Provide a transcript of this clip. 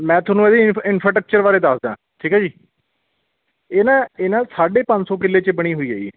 ਮੈਂ ਤੁਹਾਨੂੰ ਇਹਦੀ ਇਫ ਇਨਫਾਟਕਚਰ ਬਾਰੇ ਦੱਸਦਾ ਠੀਕ ਹੈ ਜੀ ਇਹ ਨਾ ਇਹ ਨਾ ਸਾਢੇ ਪੰਜ ਸੌ ਕਿੱਲੇ 'ਚ ਬਣੀ ਹੋਈ ਹੈ ਜੀ